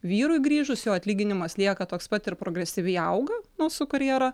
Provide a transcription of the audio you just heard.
vyrui grįžus jo atlyginimas lieka toks pat ir progresyviai auga nu su karjera